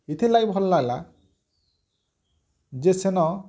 ଏଥିର୍ ଲାଗି ଭଲ୍ ଲାଗ୍ଲା ଯେ ସେନ